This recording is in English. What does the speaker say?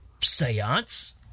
Seance